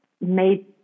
made